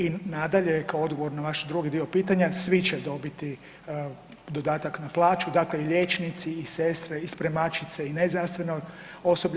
I nadalje, kao odgovor na vaš drugi dio pitanja svi će dobiti dodatak na plaću dakle i liječnici i sestre i spremačice i nezdravstveno osoblje.